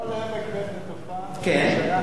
כל עמק בית-נטופה שייך